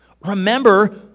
Remember